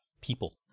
people